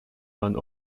waren